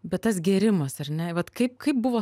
bet tas gėrimas ar ne vat kaip kaip buvo